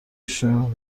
شون